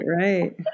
right